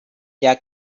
their